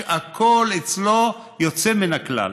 הכול אצלו יוצא מן הכלל.